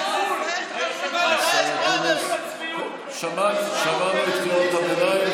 שמענו את קריאות הביניים,